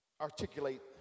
articulate